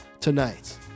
Tonight